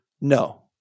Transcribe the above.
no